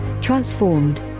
transformed